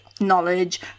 knowledge